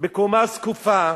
בקומה זקופה,